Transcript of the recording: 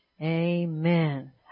amen